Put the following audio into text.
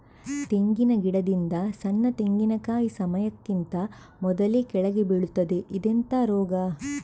ತೆಂಗಿನ ಗಿಡದಿಂದ ಸಣ್ಣ ತೆಂಗಿನಕಾಯಿ ಸಮಯಕ್ಕಿಂತ ಮೊದಲೇ ಕೆಳಗೆ ಬೀಳುತ್ತದೆ ಇದೆಂತ ರೋಗ?